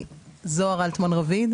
אני